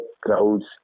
crowds